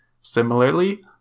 Similarly